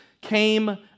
came